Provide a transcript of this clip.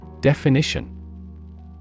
Definition